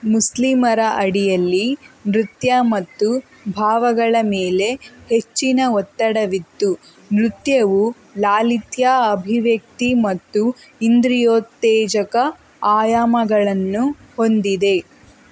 ಮುಸ್ಲಿಮರ ಅಡಿಯಲ್ಲಿ ನೃತ್ಯ ಮತ್ತು ಭಾವಗಳ ಮೇಲೆ ಹೆಚ್ಚಿನ ಒತ್ತಡವಿತ್ತು ನೃತ್ಯವು ಲಾಲಿತ್ಯ ಅಭಿವ್ಯಕ್ತಿ ಮತ್ತು ಇಂದ್ರಿಯೋತ್ತೇಜಕ ಆಯಾಮಗಳನ್ನು ಹೊಂದಿದೆ